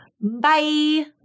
Bye